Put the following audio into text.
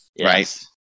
Right